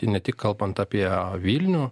ne tik kalbant apie vilnių